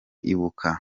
ibuka